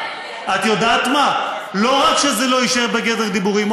לא רק שזה לא יישאר בגדר דיבורים,